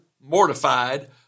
mortified